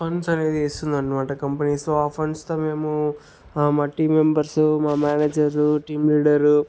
funds అనేది ఇస్తుందనమాట company so ఆ ఫండ్స్తో మేమూ మా టీమ్ మెంబర్సు మా మేనేజరు టీం లీడరు